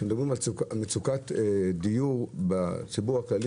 שמדברים על מצוקת דיור בציבור הכללי